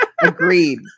agreed